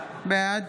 בעד